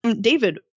David